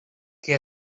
que